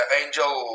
angel